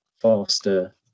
faster